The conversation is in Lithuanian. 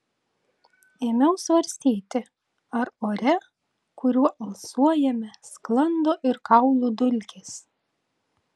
ėmiau svarstyti ar ore kuriuo alsuojame sklando ir kaulų dulkės